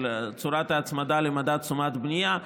של צורת ההצמדה למדד תשומות בנייה.